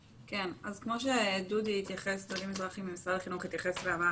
כמו שדודי מזרחי ממשרד החינוך התייחס ואמר,